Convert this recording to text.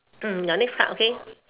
mm your next card okay